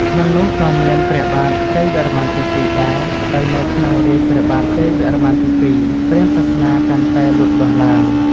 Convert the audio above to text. ក្នុងនោះក៏មានព្រះបាទជ័យវរ្ម័នទី២ដែរ ដោយនៅក្នុងរាជ្យព្រះបាទជ័យវរ្ម័នទី២ ព្រាហ្មណ៍សាសនាកាន់តែលូតលាស់ឡើង។